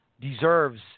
deserves